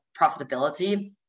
profitability